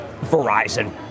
verizon